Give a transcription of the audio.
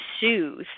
soothe